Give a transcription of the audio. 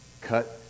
cut